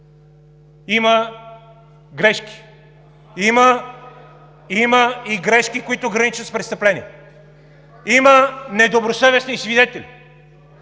има грешки, има и грешки, които граничат с престъпления, има недобросъвестни свидетели,